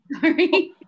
Sorry